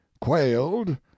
quailed